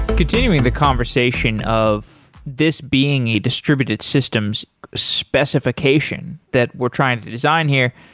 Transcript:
continuing the conversation of this being a distributed systems specification that we're trying to design here.